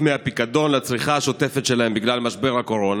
מהפיקדון לצריכה השוטפת שלהם בגלל משבר הקורונה,